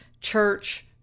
church